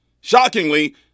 Shockingly